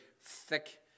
thick